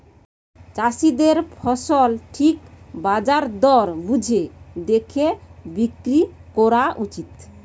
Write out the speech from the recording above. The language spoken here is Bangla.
চাষীদের ফসল ঠিক বাজার দর বুঝে দেখে বিক্রি কোরা উচিত